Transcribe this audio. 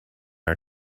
are